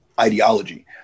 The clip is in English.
ideology